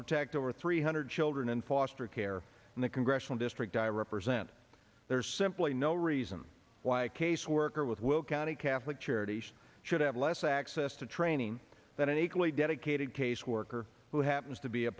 protect over three hundred children in foster care and the congressional district i represent there's simply no reason why a caseworker with will county catholic charities should have less access to training than an equally dedicated caseworker who happens to be a